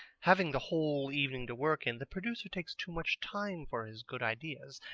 having the whole evening to work in, the producer takes too much time for his good ideas.